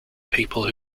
people